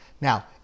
Now